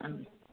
ആ